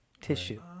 tissue